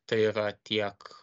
tai yra tiek